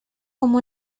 como